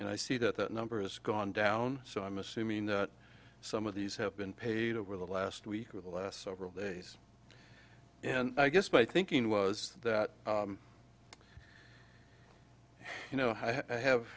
and i see that that number has gone down so i'm assuming some of these have been paid over the last week or the last several days and i guess my thinking was that you know i have